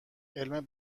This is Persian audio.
علم